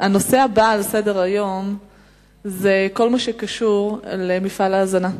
הנושא הבא על סדר-היום קשור למפעל ההזנה: